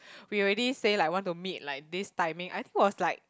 we already say like want to meet like this timing I think was like